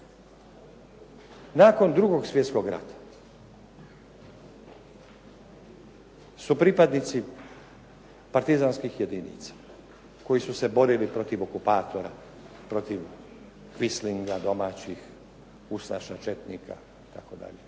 Nakon 2. svjetskog rata su pripadnici partizanskih jedinica koji su se borili protiv okupatora, protiv kvislinga domaćih, Ustaša, Četnika i